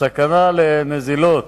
הסכנה של נזילות